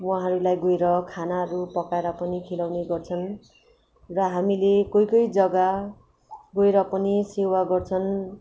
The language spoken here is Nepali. उहाँहरूलाई गएर खानाहरू पकाएर पनि खिलाउने गर्छन् र हामीले कोही कोही जग्गा गएर पनि सेवा गर्छन्